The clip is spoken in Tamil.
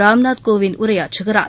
ராம்நாத் கோவிந்த் உரையாற்றுகிறார்